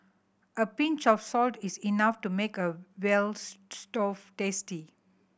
a pinch of salt is enough to make a veal store tasty